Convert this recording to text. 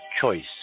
choice